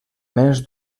més